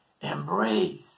embrace